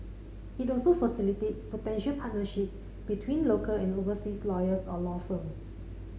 it also facilitates potential partnerships between local and overseas lawyers or law firms